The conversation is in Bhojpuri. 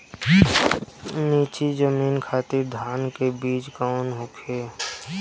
नीची जमीन खातिर धान के बीज कौन होखे?